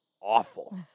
awful